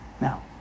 Now